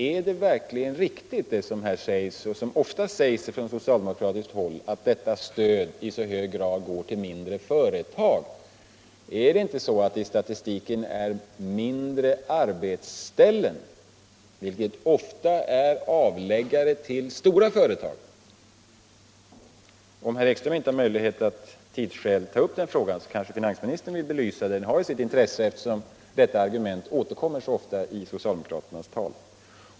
Är det verkligen riktigt, som det sägs här och som det ofta sägs från socialdemokratiskt håll, att detta stöd i så hög grad går till mindre företag? Framgår det inte av statistiken att stödet går till mindre arbetsställen vilka ofta är avläggare till stora företag? Om herr Ekström av 'tidsskäl inte har möjlighet att ta upp den frågan kanske finansministern vill belysa den. Den har ju sitt intresse, eftersom detta argument så ofta återkommer i socialdemokraternas tal.